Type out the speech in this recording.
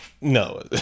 No